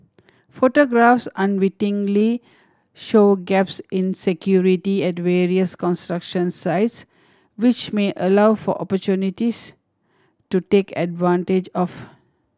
photographs unwittingly show gaps in security at various construction sites which may allow for opportunists to take advantage of